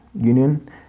union